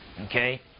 Okay